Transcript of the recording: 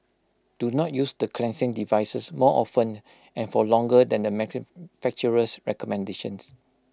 do not use the cleansing devices more often and for longer than the manufacturer's recommendations